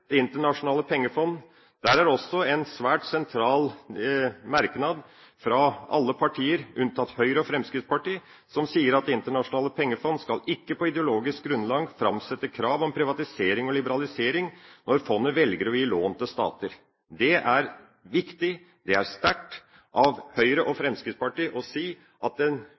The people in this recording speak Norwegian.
Det internasjonale pengefondet. Der er det også en svært sentral merknad fra alle partier, unntatt Høyre og Fremskrittspartiet, som sier at Det internasjonale pengefondet skal ikke på ideologisk grunnlag framsette krav om privatisering og liberalisering når fondet velger å gi lån til stater. Det er viktig. Det er sterkt av Høyre og Fremskrittspartiet å si at